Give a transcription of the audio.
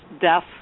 death